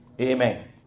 Amen